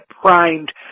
primed